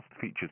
features